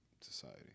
society